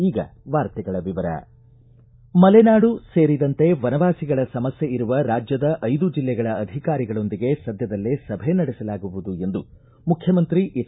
ಈಗ ವಾರ್ತೆಗಳ ವಿವರ ಮಲೆನಾಡು ಸೇರಿದಂತೆ ವನವಾಸಿಗಳ ಸಮಸ್ಥೆ ಇರುವ ರಾಜ್ಯದ ಐದು ಜಿಲ್ಲೆಗಳ ಅಧಿಕಾರಿಗಳೊಂದಿಗೆ ಸದ್ಯದಲ್ಲೇ ಸಭೆ ನಡೆಸಲಾಗುವುದು ಎಂದು ಮುಖ್ಯಮಂತ್ರಿ ಎಚ್